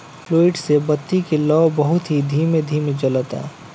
fluid से बत्ती के लौं बहुत ही धीमे धीमे जलता